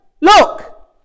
Look